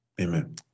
Amen